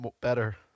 better